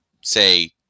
say